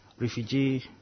refugee